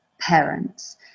parents